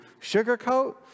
sugarcoat